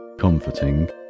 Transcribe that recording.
comforting